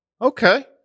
Okay